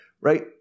Right